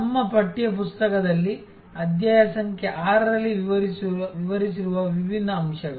ನಮ್ಮ ಪಠ್ಯ ಪುಸ್ತಕದಲ್ಲಿ ಅಧ್ಯಾಯ ಸಂಖ್ಯೆ 6 ರಲ್ಲಿ ವಿವರಿಸಿರುವ ವಿಭಿನ್ನ ಅಂಶಗಳು